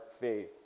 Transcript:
faith